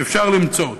שאפשר למצוא אותו.